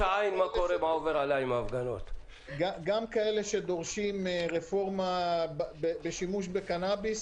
גם כאלה שדורשים רפורמה בשימוש בקנאביס,